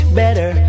better